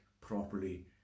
properly